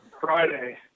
Friday